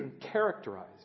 characterized